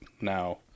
Now